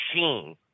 machine